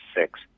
six